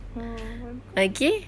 mm one two